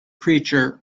creature